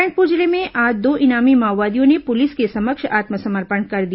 नारायणपुर जिले में आज दो इनामी माओवादियों ने पुलिस के समक्ष आत्मसमर्पण कर दिया